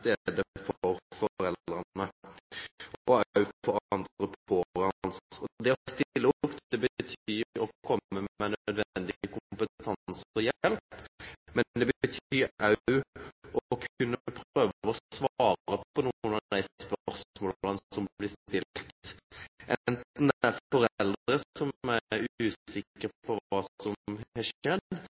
å stille opp betyr å komme med nødvendig kompetanse og hjelp, men det betyr også å prøve å svare på noen av de spørsmålene som blir stilt, enten det er fra foreldre som er usikre på hva som